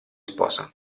sposa